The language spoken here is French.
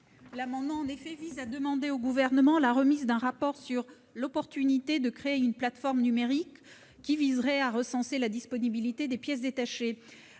L'amendement tend à demander au Gouvernement la remise d'un rapport sur l'opportunité de créer une plateforme numérique recensant la disponibilité des pièces détachées.